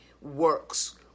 works